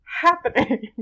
happening